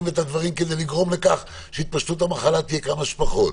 ואת הדברים כדי לגרום לכך שהתפשטות המחלה תהיה כמה שפחות.